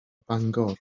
bangor